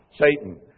Satan